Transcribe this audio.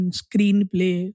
screenplay